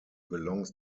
belongs